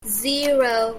zero